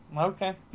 Okay